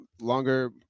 longer